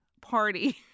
party